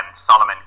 Solomon